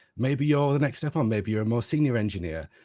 maybe you're the next step on maybe you're a more senior engineer,